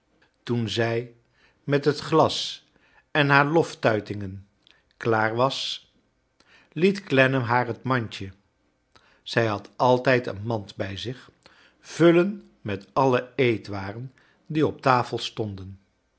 toon zij met het glas en haar loftuitingen klaar was liet cleainam haar het mandje zij had altij d een mand bij zich vullen met alle eetwaren die op tafel stonden